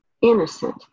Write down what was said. innocent